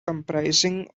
comprising